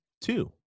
two